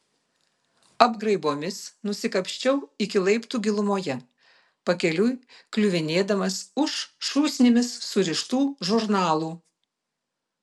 apgraibomis nusikapsčiau iki laiptų gilumoje pakeliui kliuvinėdamas už šūsnimis surištų žurnalų